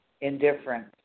indifferent